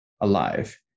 alive